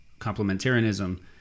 complementarianism